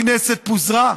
הכנסת פוזרה.